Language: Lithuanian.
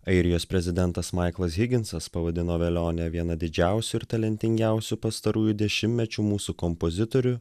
airijos prezidentas maiklas higinsas pavadino velionę viena didžiausių ir talentingiausiu pastarųjų dešimtmečių mūsų kompozitorių